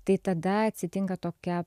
tai tada atsitinka tokia